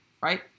right